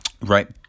Right